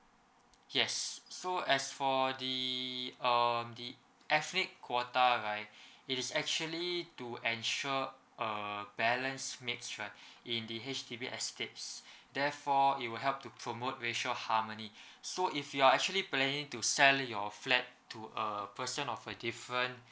yes so as for the err the ethnic quota right it is actually to ensure a balance mix right in the H_D_B estates therefore it will help to promote racial harmony so if you are actually planning to sell your flat to a person of a different